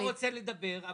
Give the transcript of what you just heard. אני לא רוצה לדבר,